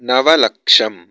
नवलक्षम्